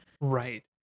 right